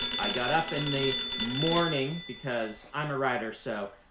i got up in the morning because i'm a writer, so